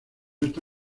esta